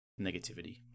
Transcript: negativity